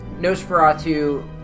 Nosferatu